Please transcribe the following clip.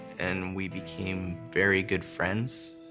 and we became very good friends.